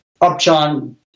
Upjohn